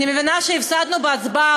אני מבינה שהפסדנו בהצבעה,